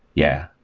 yeah.